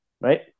Right